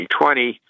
2020